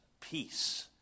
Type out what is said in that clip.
peace